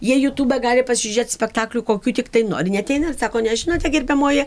jie jutube gali pasižiūrėt spektaklių kokių tiktai nori neateina ir sako nežinote gerbiamoji